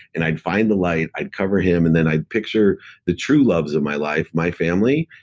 and i'd find the light, i'd cover him, and then i'd picture the true loves of my life, my family,